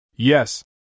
Yes